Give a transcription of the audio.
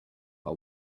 are